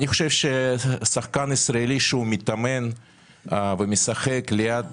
אני חושב ששחקן ישראלי שהוא מתאמן ומשחק ליד